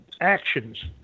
actions